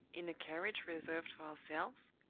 in a carriage reserved for ourselves?